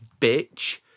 bitch